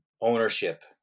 ownership